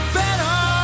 better